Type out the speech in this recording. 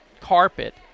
carpet